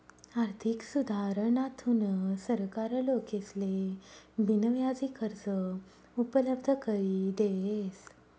आर्थिक सुधारणाथून सरकार लोकेसले बिनव्याजी कर्ज उपलब्ध करी देस